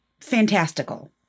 fantastical